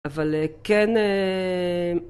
אבל כן אהההההההההההה